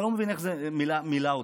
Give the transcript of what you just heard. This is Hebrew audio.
אתה לא מבין איך זה מילא אותי,